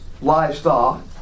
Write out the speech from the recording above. livestock